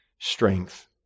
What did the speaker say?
strength